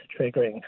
triggering